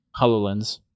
HoloLens